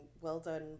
well-done